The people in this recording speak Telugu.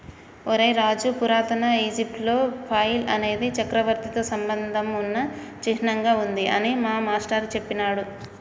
ఒరై రాజు పురాతన ఈజిప్టులో ఫైల్ అనేది చక్రవర్తితో సంబంధం ఉన్న చిహ్నంగా ఉంది అని మా మాష్టారు సెప్పినాడురా